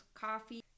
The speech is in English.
coffee